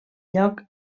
lloc